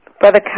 Brother